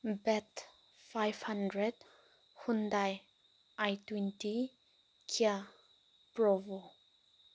ꯕꯦꯠ ꯐꯥꯏꯕ ꯍꯟꯗ꯭ꯔꯦꯗ ꯍꯨꯟꯗꯥꯏ ꯑꯥꯏ ꯇ꯭ꯋꯦꯟꯇꯤ ꯀꯤꯌꯥ ꯄ꯭ꯔꯣꯕꯣ